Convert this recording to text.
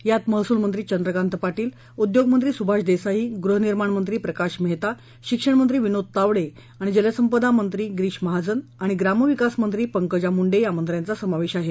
यात महसूलमंत्री चंद्रकांत पाटील उद्योगमंत्री सुभाष देसाई गृहनिर्माणमंत्री प्रकाश मेहता शिक्षणमंत्री विनोद तावडे जलसंपदा मंत्री गिरीश महाजन आणि ग्रामविकासमंत्री पंकजा मुंडे या मंत्र्यांचा समावेश आहे